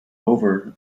over